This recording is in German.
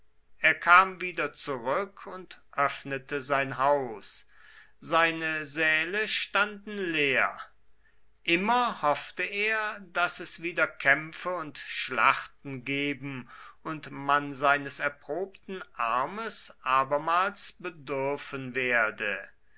er kam wieder zurück und öffnete sein haus seine säle standen leer immer hoffte er daß es wieder kämpfe und schlachten geben und man seines erprobten armes abermals bedürfen werde